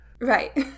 Right